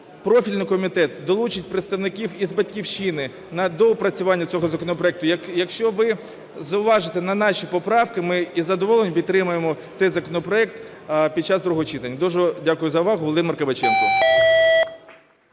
профільний комітет долучить представників із "Батьківщини" на доопрацювання цього законопроекту, якщо ви зауважите на наші поправки, ми із задоволенням підтримаємо цей законопроект під час другого читання. Дуже дякую за увагу. Володимир Кабаченко.